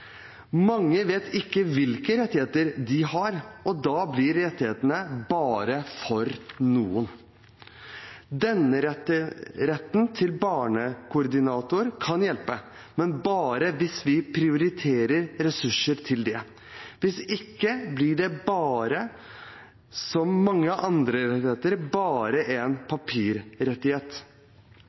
Mange vet ikke hvilke rettigheter de har, og da blir rettighetene bare for noen. Denne retten til barnekoordinator kan hjelpe, men bare hvis vi prioriterer ressurser til det. Hvis ikke blir det som med mange andre rettigheter, bare en papirrettighet.